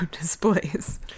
displays